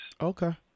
Okay